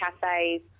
cafes